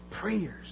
prayers